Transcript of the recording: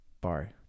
bar